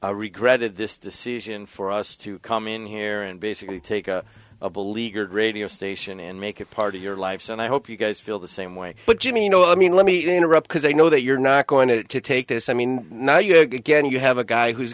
i regretted this decision for us to come in here and basically take a beleaguered radio station and make it part of your life and i hope you guys feel the same way but jimi you know i mean let me interrupt because i know that you're not going to take this i mean now you know again you have a guy who's